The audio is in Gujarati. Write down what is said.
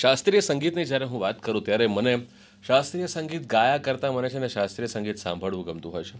શાસ્ત્રીય સંગીતની જ્યારે હું વાત કરું ત્યારે મને શાસ્ત્રીય સંગીત ગાયા કરતાં મને છે ને શાસ્ત્રીય સંગીત સાંભળવું ગમતું હોય છે